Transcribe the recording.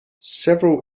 several